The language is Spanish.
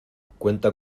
cuenta